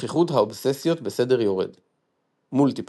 שכיחות האובססיות בסדר יורד multiple,